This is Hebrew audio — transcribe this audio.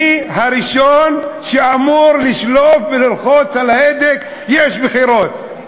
מי הראשון שאמור לשלוף וללחוץ על ההדק, יש בחירות.